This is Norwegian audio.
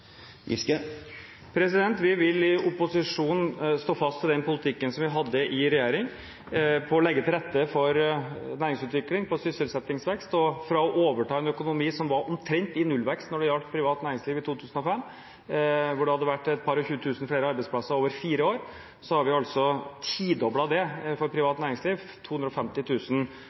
Vi vil i opposisjon stå fast ved den politikken vi hadde i regjering, på å legge til rette for næringsutvikling og på sysselsettingsvekst. Fra å overta en økonomi som var omtrent i nullvekst når det gjaldt privat næringsliv i 2005, hvor det hadde vært et-par-og-tjue-tusen flere arbeidsplasser over fire år, har vi altså tidoblet det for privat næringsliv